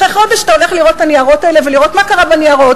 אחרי חודש אתה הולך לראות מה קרה בניירות